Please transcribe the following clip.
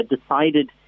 decided